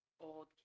Old